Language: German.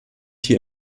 hier